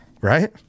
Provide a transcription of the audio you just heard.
Right